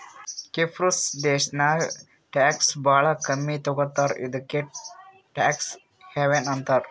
ಕಿಪ್ರುಸ್ ದೇಶಾನಾಗ್ ಟ್ಯಾಕ್ಸ್ ಭಾಳ ಕಮ್ಮಿ ತಗೋತಾರ ಇದುಕೇ ಟ್ಯಾಕ್ಸ್ ಹೆವನ್ ಅಂತಾರ